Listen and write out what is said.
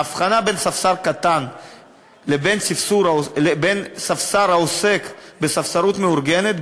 ההבחנה בין ספסר קטן לבין ספסר העוסק בספסרות מאורגנת,